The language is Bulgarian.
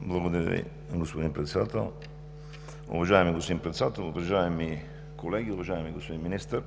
Благодаря Ви, господин Председател. Уважаеми господин Председател, уважаеми колеги! Уважаеми господин Министър,